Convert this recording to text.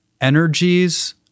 energies